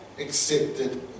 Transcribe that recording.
accepted